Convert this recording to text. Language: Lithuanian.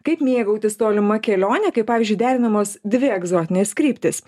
kaip mėgautis tolima kelione kaip pavyzdžiui derinamos dvi egzotinės kryptys